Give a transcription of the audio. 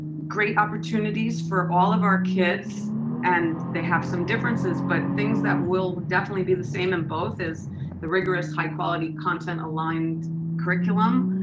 great opportunities for all of our kids and they have some differences, but things that will definitely be the same in both is the rigorous high quality content aligned curriculum.